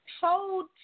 told